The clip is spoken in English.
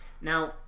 now